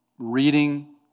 reading